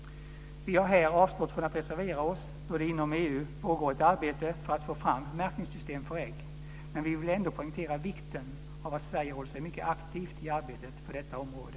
Vi har här avstått från att reservera oss då det inom EU pågår ett arbete för att få fram ett märkningssystem för ägg. Men vi vill ändå poängtera vikten av att Sverige håller sig mycket aktivt i arbetet på detta område.